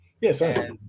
Yes